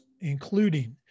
including